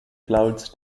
clouds